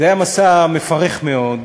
זה היה מסע מפרך מאוד,